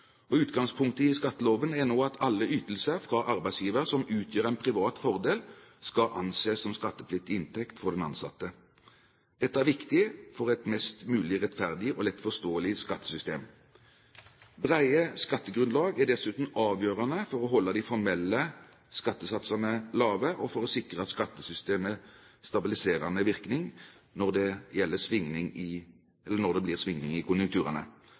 underkurs. Utgangspunktet i skatteloven er nå at alle ytelser fra arbeidsgiver som utgjør en privat fordel, skal anses som skattepliktig inntekt for den ansatte. Dette er viktig for et mest mulig rettferdig og lett forståelig skattesystem. Brede skattegrunnlag er dessuten avgjørende for å holde de formelle skattesatsene lave, og for å sikre at skattesystemet har stabiliserende virkning når det blir svingninger i konjunkturene.